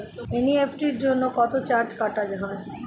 NEFT জন্য কত charge কাটা হয়?